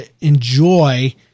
enjoy